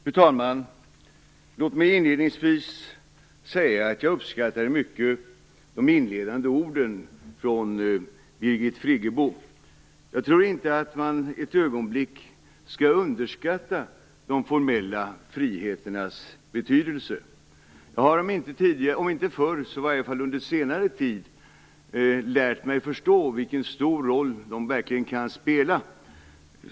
Fru talman! Låt mig inledningsvis säga att jag uppskattade mycket de inledande orden från Birgit Friggebo. Jag tror inte att man ett ögonblick skall underskatta de formella friheternas betydelse. Jag har, om inte förr så i alla fall under senare tid, lärt mig förstå vilken stor roll de verkligen kan spela.